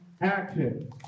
action